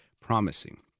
promising